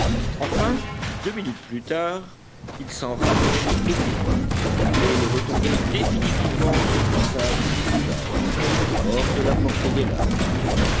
enfin deux minutes plus tard il s'en rapprochait obliquement et il retombait définitivement sur le sable du rivage hors de la portée des lames